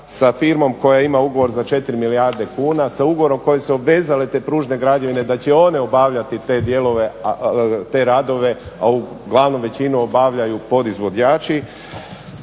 sa firmom koja ima ugovor na 4 milijarde kuna, sa ugovorom kojim su se obvezale te Pružne građevine da će one obavljati te radove, a uglavnom većinu obavljaju podizvođači.